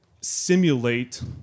simulate